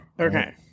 Okay